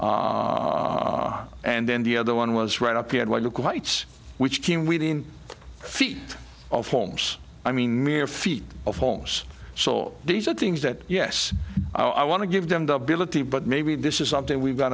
our and then the other one was right up here i look at whites which came within feet of homes i mean mere feet of homes so these are things that yes i want to give them the ability but maybe this is something we've got